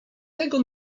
tego